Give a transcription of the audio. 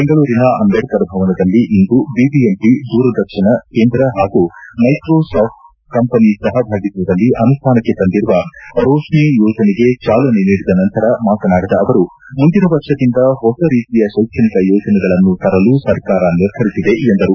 ಬೆಂಗಳೂರಿನ ಅಂಬೇಡ್ಕರ್ ಭವನದಲ್ಲಿಂದು ಬಿಬಿಎಂಪಿ ದೂರದರ್ತನ ಕೇಂದ್ರ ಹಾಗೂ ಮೈಕ್ರೋ ಸ್ರಾಫ್ಟ್ ಕಂಪನಿ ಸಹಭಾಗಿತ್ವದಲ್ಲಿ ಅನುಷ್ಠಾನಕ್ಕೆ ತಂದಿರುವ ರೋತ್ನಿ ಯೋಜನೆಗೆ ಚಾಲನೆ ನೀಡಿದ ನಂತರ ಮಾತನಾಡಿದ ಅವರು ಮುಂದಿನ ವರ್ಷದಿಂದ ಹೊಸ ರೀತಿಯ ಶೈಕ್ಷಣಿಕ ಯೋಜನೆಗಳನ್ನು ತರಲು ಸರ್ಕಾರ ನಿರ್ಧರಿಸಿದೆ ಎಂದರು